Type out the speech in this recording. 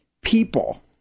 people